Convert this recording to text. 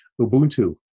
Ubuntu